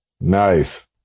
Nice